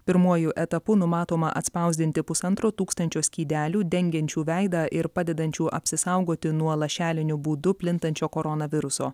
pirmuoju etapu numatoma atspausdinti pusantro tūkstančio skydelių dengiančių veidą ir padedančių apsisaugoti nuo lašeliniu būdu plintančio koronaviruso